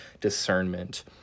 discernment